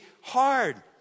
hard